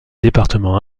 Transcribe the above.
département